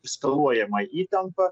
eskaluojama įtampa